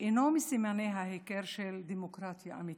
אינו מסימני ההיכר של דמוקרטיה אמיתית.